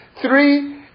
three